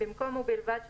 בעד התקופה מהיום